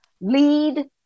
lead